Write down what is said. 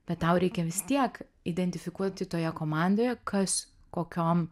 bet tau reikia vis tiek identifikuoti toje komandoje kas kokiom